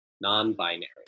non-binary